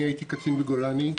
אני הייתי קצין בגולני.